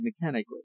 mechanically